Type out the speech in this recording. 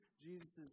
Jesus